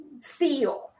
feel